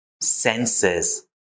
senses